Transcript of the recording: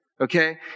Okay